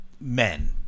men